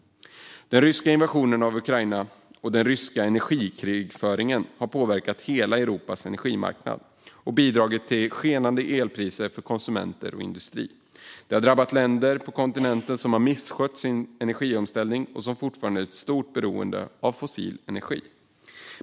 Den ryska invasionen av Ukraina och den ryska energikrigföringen har påverkat hela Europas energimarknad och bidragit till skenande elpriser för konsumenter och industri. Det har drabbat länder på kontinenten som misskött sin energiomställning och fortfarande har ett stort beroende av fossil energi.